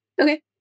Okay